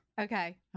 Okay